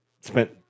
spent